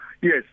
yes